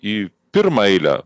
į pirmą eilę